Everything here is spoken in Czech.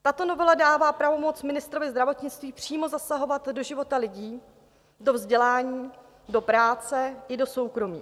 Tato novela dává pravomoc ministrovi zdravotnictví přímo zasahovat do života lidí, do vzdělání, do práce i do soukromí.